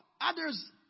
others